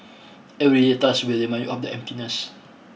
every daily task will remind you of the emptiness